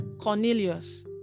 Cornelius